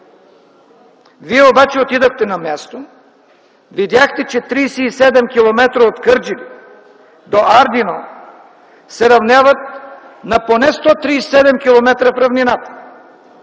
Вие обаче отидохте на място, видяхте, че 37 км от Кърджали до Ардино се равняват на поне 137 км в равнината.